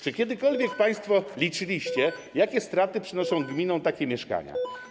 Czy kiedykolwiek państwo liczyliście, jakie straty przynoszą gminom takie mieszkania?